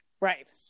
Right